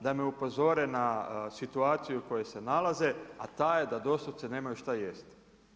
Da me upozore na situaciju u kojoj se nalaze, a ta je da doslovce nemaju šta jesti.